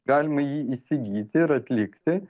galima jį įsigyti ir atlikti